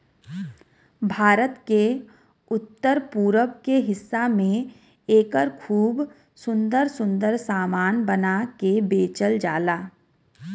भारत के उत्तर पूरब के हिस्सा में एकर खूब सुंदर सुंदर सामान बना के बेचल जाला